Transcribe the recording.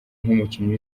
nk’umukinnyi